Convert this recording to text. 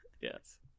yes